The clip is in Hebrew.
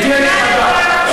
גברתי הנכבדה,